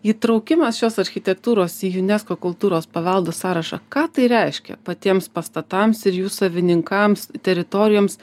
įtraukimas šios architektūros į unesco kultūros paveldo sąrašą ką tai reiškia patiems pastatams ir jų savininkams teritorijoms